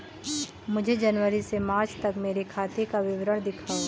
मुझे जनवरी से मार्च तक मेरे खाते का विवरण दिखाओ?